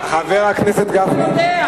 חבר הכנסת גפני.